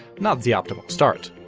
not the optimal start.